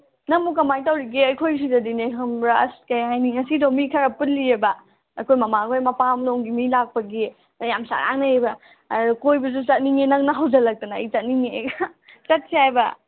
ꯅꯪꯕꯨ ꯀꯃꯥꯏꯅ ꯇꯧꯔꯤꯒꯦ ꯑꯩꯈꯣꯏ ꯁꯤꯗꯗꯤꯅꯦ ꯈꯪꯕ꯭ꯔ ꯑꯁ ꯀꯩ ꯍꯥꯏꯅꯤ ꯉꯁꯤꯗꯣ ꯃꯤ ꯈꯔ ꯄꯨꯜꯂꯤꯌꯦꯕ ꯑꯩꯈꯣꯏ ꯃꯃꯥ ꯍꯣꯏ ꯃꯄꯥꯝ ꯂꯣꯝꯒꯤ ꯃꯤ ꯂꯥꯛꯄꯒꯤ ꯑꯗꯨꯅ ꯌꯥꯝ ꯆꯔꯥꯡꯅꯩꯑꯕ ꯑꯗꯨ ꯀꯣꯏꯕꯁꯨ ꯆꯠꯅꯤꯡꯉꯦ ꯅꯪꯅ ꯍꯧꯖꯤꯜꯂꯛꯇꯅ ꯑꯩ ꯆꯠꯅꯤꯡꯉꯛꯑꯦ ꯆꯠꯁꯦ ꯍꯥꯏꯕ